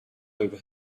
over